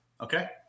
Okay